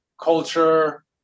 culture